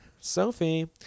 Sophie